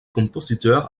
compositeur